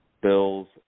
bills